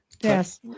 Yes